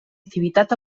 activitat